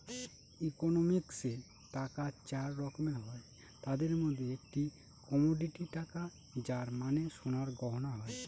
ইকোনমিক্সে টাকা চার রকমের হয় তাদের মধ্যে একটি কমোডিটি টাকা যার মানে সোনার গয়না হয়